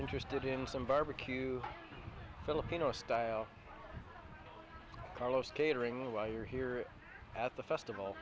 interested in some barbecue filipino style carlos catering while you're here at the festival